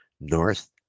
north